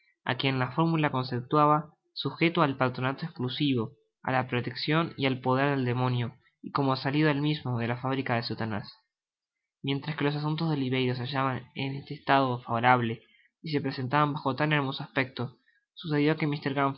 á quien la formula conceptuaba sujeto al patronato esclusivo á la proteccion y al poder del demonio y como salido el mismo de la fábrica de satanas mientras que los asuntos de oliverio se hallaban en este estado faborable y se presentaban bajo tan hermoso aspecto sucedió que